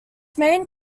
main